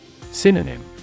Synonym